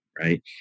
Right